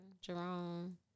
Jerome